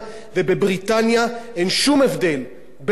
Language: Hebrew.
אין שום הבדל בין תמיכה ציבורית בתקשורת